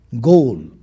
goal